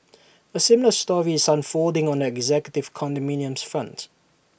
A similar story is unfolding on the executive condominiums front